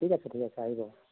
ঠিক আছে ঠিক আছে আহিব